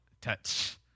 touch